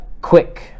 quick